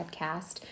podcast